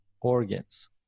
organs